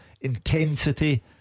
Intensity